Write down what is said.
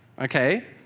okay